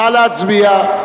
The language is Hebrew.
נא להצביע.